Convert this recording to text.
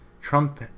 Trump